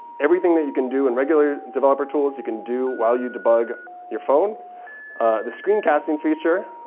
everything that you can do in regular developer tools you can do while you debug your phone the screen casting feature,